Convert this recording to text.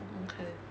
mm okay